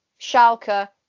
Schalke